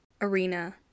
arena